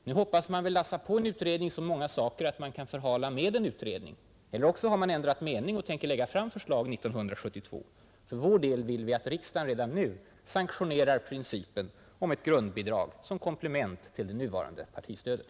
Nu hoppas man väl kunna lasta på en utredning så många saker att man kan fortsätta förhalningen med en utredning. Eller också har man ändrat mening och tänker lägga fram förslag 1972. För vår del anser vi att riksdagen redan nu bör sanktionera principen om grundbidrag som komplement till det nuvarande partistödet.